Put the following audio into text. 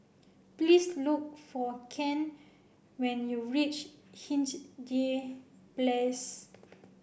please look for Ken when you reach Hindhede Place